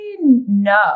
no